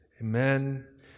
Amen